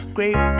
Great